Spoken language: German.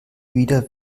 wieder